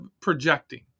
projecting